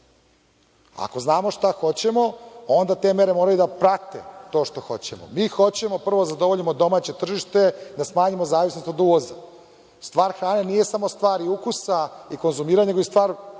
Ako znamo šta hoćemo, onda te mere moraju da prate to što hoćemo. Mi hoćemo prvo da zadovoljimo domaće tržište, da smanjimo zavisnost od uvoza. Stvar hrane nije samo stvar i ukusa i konzumiranja, nego je i stvar